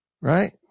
Right